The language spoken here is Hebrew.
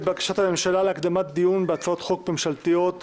בקשת הממשלה להקדמת הדיון בהצעות החוק הממשלתיות הבאות,